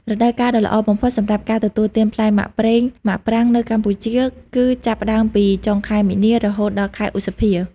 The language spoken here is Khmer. រដូវកាលដ៏ល្អបំផុតសម្រាប់ការទទួលទានផ្លែមាក់ប្រេងមាក់ប្រាងនៅកម្ពុជា គឺចាប់ផ្ដើមពី ចុងខែមីនា រហូតដល់ខែឧសភា។